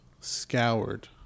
scoured